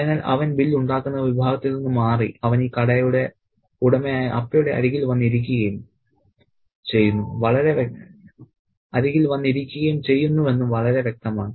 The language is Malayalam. അതിനാൽ അവൻ ബിൽ ഉണ്ടാക്കുന്ന വിഭാഗത്തിൽ നിന്ന് മാറി അവൻ ഈ കടയുടെ ഉടമയായ അപ്പയുടെ അരികിൽ വന്ന് ഇരിക്കുകയും ചെയ്യുന്നുവെന്ന് വളരെ വ്യക്തമാണ്